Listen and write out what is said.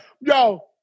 Yo